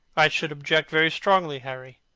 i should object very strongly, harry,